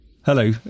hello